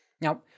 Now